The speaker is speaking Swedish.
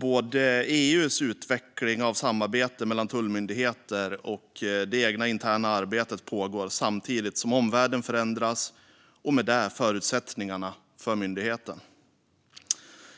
Både EU:s utveckling av samarbete mellan tullmyndigheter och det interna egna arbetet pågår samtidigt som omvärlden förändras och med det förutsättningarna för myndigheten.